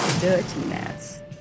dirtiness